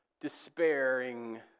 despairing